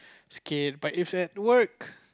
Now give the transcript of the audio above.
okay but if at work